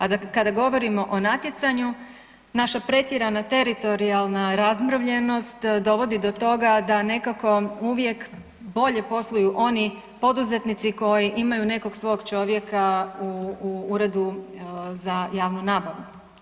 A kada govorimo o natjecanju naša pretjerana teritorijalna razmrvljenost dovodi do toga da nekako uvijek bolje posluju oni poduzetnici koji imaju nekog svog čovjeka u uredu za javnu nabavu.